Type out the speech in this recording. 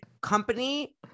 company